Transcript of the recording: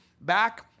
Back